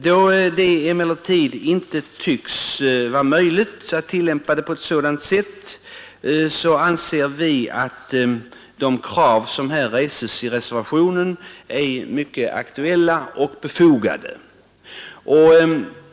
Då det emellertid inte tycks vara möjligt att tillämpa lagen på ett sådant sätt, så anser vi reservanter att de krav som vi rest är mycket aktuella och befogade.